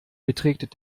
beträgt